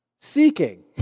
Seeking